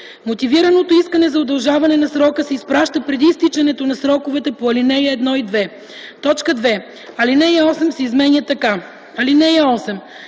Мотивираното изказване за удължаване на срока се изпраща преди изтичането на сроковете по ал. 1 и 2”. 2. Алинея 8 се изменя така: „(8)